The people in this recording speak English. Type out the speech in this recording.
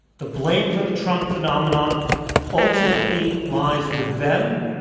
the blame for the trump phenomenon ultimately lies with them,